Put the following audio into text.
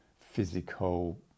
physical